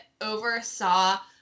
oversaw